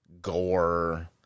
gore